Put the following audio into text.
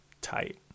tight